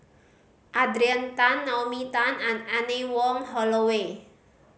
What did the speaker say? Adrian Tan Naomi Tan and Anne Wong Holloway